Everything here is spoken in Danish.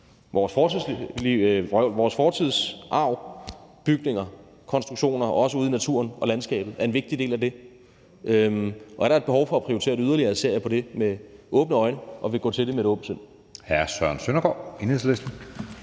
Vores fortidsarv, vores bygninger og konstruktioner, også ude i naturen og i landskabet, er en vigtig del af det, og er der et behov for at prioritere det yderligere, ser jeg på det med åbne øjne, og jeg vil gå til det med et åbent sind.